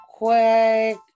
quick